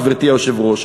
גברתי היושבת-ראש,